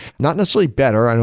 not necessarily better.